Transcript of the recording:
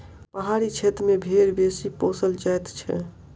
पहाड़ी क्षेत्र मे भेंड़ बेसी पोसल जाइत छै